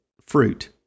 fruit